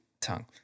tongue